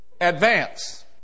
advance